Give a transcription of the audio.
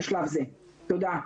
תודה.